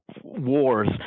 wars